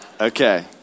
Okay